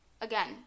again